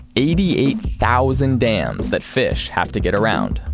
eighty-eight thousand dams that fish have to get around.